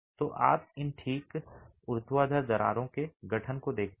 तो आप इन ठीक ऊर्ध्वाधर दरारें के गठन को देखते हैं